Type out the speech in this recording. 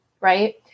right